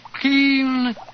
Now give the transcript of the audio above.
keen